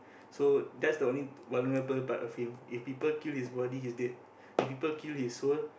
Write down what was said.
so that's the only vulnerable part of him if people kill his body he's dead if people kill his soul